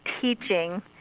teaching